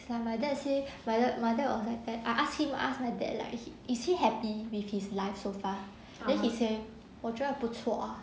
like my dad say my dad my dad was like that I asked him ask my dad like he is he happy with his life so far then he say 我真的不错 ah